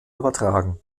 übertragen